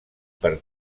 per